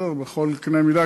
בכל קנה מידה,